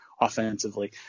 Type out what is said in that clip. offensively